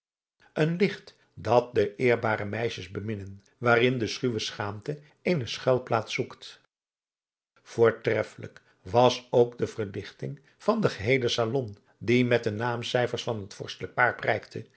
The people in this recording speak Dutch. een licht dat de eerbare meisjes beminnen waarin de schuwe schaamte eene schuilplaats zoekt voortreffelijk was ook de verlichting van den geheelen salon die met de naamcijfers van het vorstelijk paar prijkte